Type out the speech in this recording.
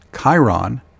Chiron